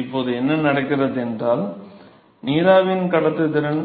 இப்போது என்ன நடக்கிறது என்றால் நீராவியின் கடத்துத்திறன்